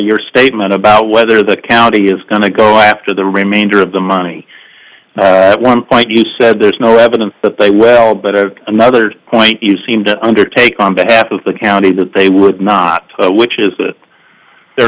your statement about whether the county is going to go after the remainder of the money at one point you said there's no evidence that they well but at another point you seemed to undertake on behalf of the county that they would not which is that they're